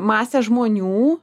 masę žmonių